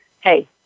Hey